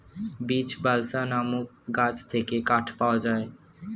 beech, balsa নামক গাছ থেকে কাঠ পাওয়া যায়